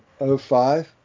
05